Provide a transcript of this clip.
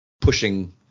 pushing